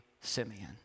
Simeon